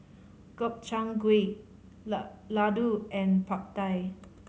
Gobchang Gui Ladoo and Pad Thai